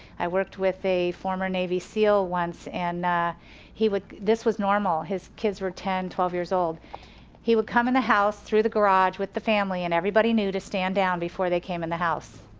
i worked with a former navy seal once, and he would, this was normal, his kids were ten twelve years old he would come in the house through the garage with the family and everybody knew to stand down before they came in the house.